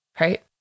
Right